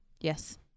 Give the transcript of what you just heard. Yes